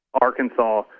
Arkansas